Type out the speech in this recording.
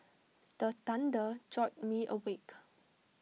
the thunder jolt me awake